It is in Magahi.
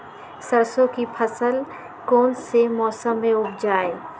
सरसों की फसल कौन से मौसम में उपजाए?